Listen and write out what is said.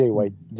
White